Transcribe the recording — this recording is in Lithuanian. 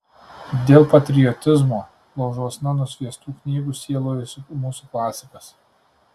dėl patriotizmo laužuosna nusviestų knygų sielojosi mūsų klasikas